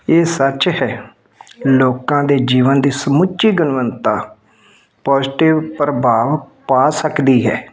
ਇਹ ਸੱਚ ਹੈ ਲੋਕਾਂ ਦੇ ਜੀਵਨ ਦੀ ਸਮੁੱਚੀ ਗੁਣਵੰਤਾ ਪੌਜ਼ਟਿਵ ਪ੍ਰਭਾਵ ਪਾ ਸਕਦੀ ਹੈ